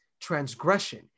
transgression